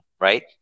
right